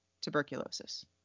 tuberculosis